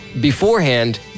Beforehand